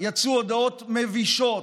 יצאו הודעות מבישות,